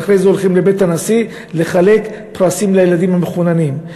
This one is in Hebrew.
ואחרי זה הולכים לבית הנשיא לחלק פרסים לילדים המחוננים,